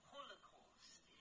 Holocaust